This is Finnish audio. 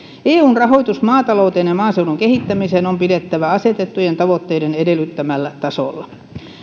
eun rahoitus maatalouteen ja maaseudun kehittämiseen on pidettävä asetettujen tavoitteiden edellyttämällä tasolla